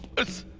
it's